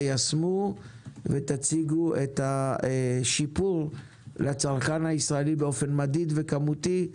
תיישמו ותציגו שיפור לצרכן הישראלי באופן מדיד וכמותי,